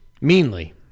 Meanly